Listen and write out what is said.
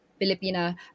Filipina